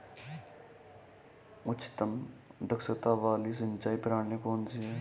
उच्चतम दक्षता वाली सिंचाई प्रणाली कौन सी है?